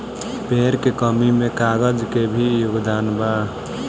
पेड़ के कमी में कागज के भी योगदान बा